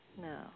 No